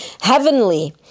heavenly